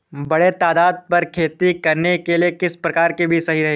बड़े तादाद पर खेती करने के लिए किस प्रकार के बीज सही रहेंगे?